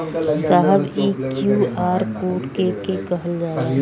साहब इ QR code के के कहल जाला?